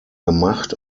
gemacht